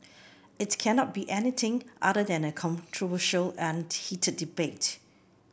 it cannot be anything other than a controversial and heated debate